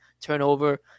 turnover